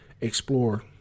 explore